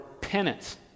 penance